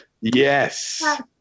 Yes